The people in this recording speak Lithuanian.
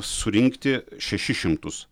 surinkti šešis šimtus